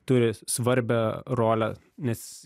turi svarbią rolę nes